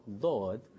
Lord